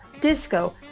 disco